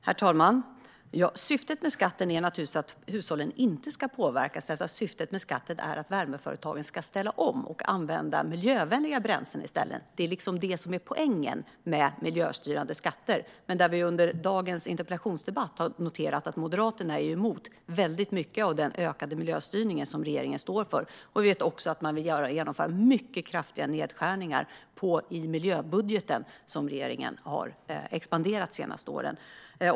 Herr talman! Syftet med skatten är naturligtvis inte att hushållen ska påverkas, utan syftet med skatten är att värmeföretagen ska ställa om och använda miljövänliga bränslen i stället. Det är liksom det som är poängen med miljöstyrande skatter. Men under dagens interpellationsdebatter har vi noterat att Moderaterna är emot mycket av den ökade miljöstyrning som regeringen står för. Vi vet också att man vill genomföra mycket kraftiga nedskärningar i miljöbudgeten som regeringen har expanderat de senaste åren.